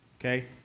okay